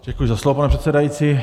Děkuji za slovo, pane předsedající.